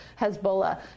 Hezbollah